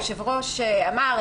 היושב-ראש אמר,